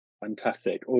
Fantastic